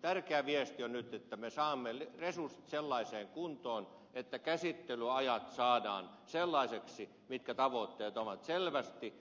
tärkeä viesti on nyt että me saamme resurssit sellaiseen kuntoon että käsittelyajat saadaan sellaisiksi mitkä tavoitteet ovat selvästi